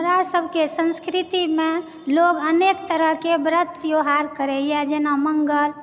हमरा सभके संस्कृतिमे लोग अनेक तरहकेँ व्रत त्यौहार करइए जेना मङ्गल